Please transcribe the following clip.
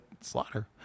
Slaughter